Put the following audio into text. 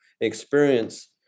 experience